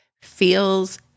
feels